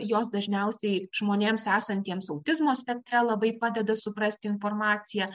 jos dažniausiai žmonėms esantiems autizmo spektre labai padeda suprasti informaciją